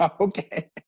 Okay